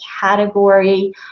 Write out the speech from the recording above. category